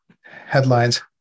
headlines